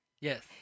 Yes